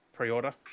pre-order